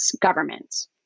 governments